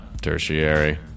Tertiary